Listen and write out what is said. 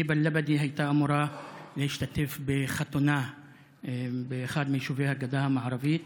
היבא א-לבדי הייתה אמורה להשתתף בחתונה באחד מיישובי הגדה המערבית